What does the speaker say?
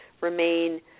remain